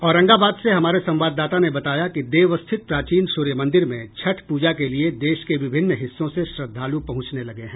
औरंगाबाद से हमारे संवाददाता ने बताया कि देव स्थित प्राचीन सूर्य मंदिर में छठ पूजा के लिए देश के विभिन्न हिस्सों से श्रद्वालु पहुंचने लगे हैं